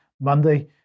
Monday